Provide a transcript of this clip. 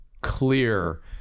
clear